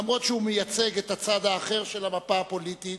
אומנם הוא מייצג את הצד האחר של המפה הפוליטית,